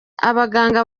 abaganga